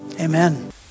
amen